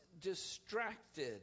distracted